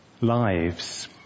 lives